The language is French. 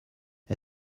est